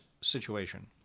situation